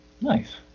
Nice